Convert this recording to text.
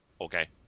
okay